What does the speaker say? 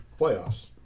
playoffs